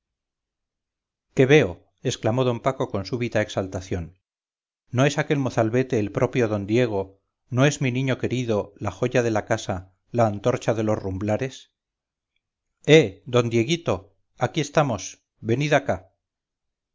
qué veo exclamó d paco con súbita exaltación no es aquel mozalbete el propio d diego no es mi niño querido la joya de la casa la antorcha de los rumblares eh d dieguito aquí estamos venid acá